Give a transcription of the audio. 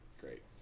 great